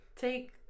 take